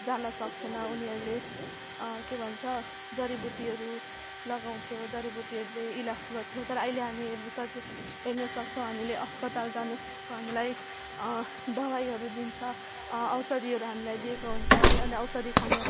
जान सक्थेन उनीहरूले के भन्छ जडीबुटीहरू लगाउँथ्यो जडीबुटीहरूले इलाज गर्थ्यो तर अहिले हामी हेर्न सकि हेर्न सक्छौँ हामीले अस्पताल जान सक्छौँ हामीलाई दबाईहरू दिन्छ औषधिहरू हामीलाई दिएको हुन्छ है अनि औषधि खानु